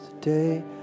today